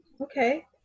okay